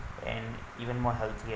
and even more healthier